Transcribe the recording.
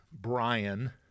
Brian